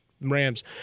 Rams